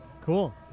Cool